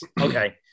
Okay